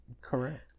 Correct